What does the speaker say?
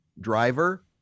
driver